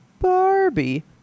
Barbie